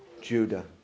Judah